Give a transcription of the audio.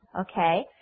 okay